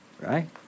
right